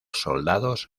soldados